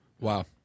Wow